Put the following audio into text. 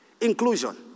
inclusion